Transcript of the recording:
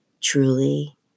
truly